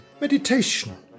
meditation